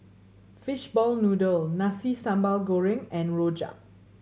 fishball noodle Nasi Sambal Goreng and rojak